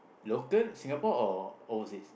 local Singapore or overseas